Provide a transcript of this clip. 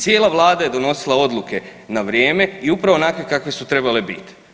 Cijela Vlada je donosila odluke na vrijeme i upravo onakve kakve su trebale bit.